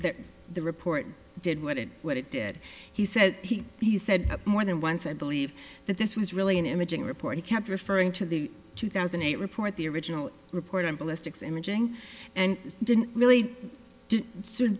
that the report did what it what it did he said he he said more than once i believe that this was really an imaging report he kept referring to the two thousand and eight report the original report on ballistics imaging and didn't really do s